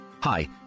Hi